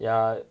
ya